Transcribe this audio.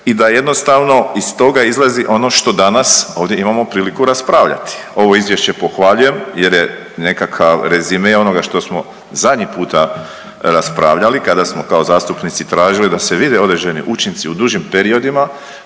i da jednostavno iz toga izlazi ono što danas ovdje imamo priliku raspravljati. Ovo izvješće pohvaljujem jer je nekakav rezime onoga što smo zadnji puta raspravljali kada smo kao zastupnici tražili da se vide određeni učinci u dužim periodima